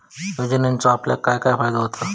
योजनेचो आपल्याक काय काय फायदो होता?